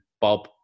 bob